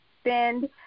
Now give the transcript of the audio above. spend